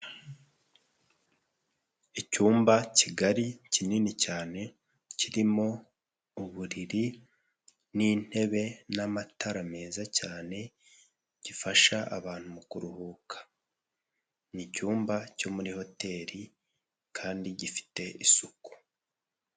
Icyumba kigari kinini cyane kirimo uburiri n'intebe n'amatara meza cyane gifasha abantu mu kuruhuka. N'icyumba cyo muri hoteri kandi gifite isuku.